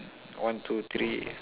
one two three